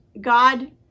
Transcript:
God